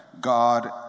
God